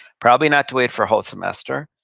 probably not to wait for a whole semester,